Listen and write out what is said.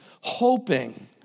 hoping